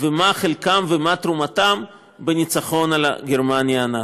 מה חלקם ומה תרומתם בניצחון על גרמניה הנאצית.